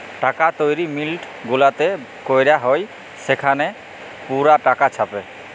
টাকা তৈরি মিল্ট গুলাতে ক্যরা হ্যয় সেখালে পুরা টাকা ছাপে